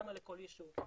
כמה לכל יישוב.